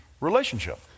relationship